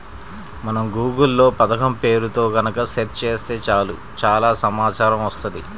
మనం గూగుల్ లో పథకం పేరుతో గనక సెర్చ్ చేత్తే చాలు చానా సమాచారం వత్తది